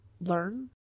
learn